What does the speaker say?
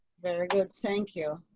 very good, thank you.